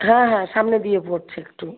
হ্যাঁ হ্যাঁ সামনে দিয়ে পরছে একটু